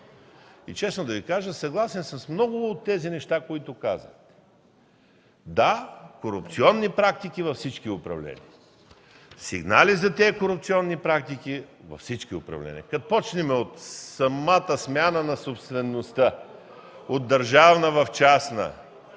и честно да Ви кажа, съгласен съм с много от тези неща, които казахте. Да, корупционни практики – във всички управления, сигнали за тези корупционни практики – във всички управления, като започнем от самата смяна на собствеността от държавна в частна,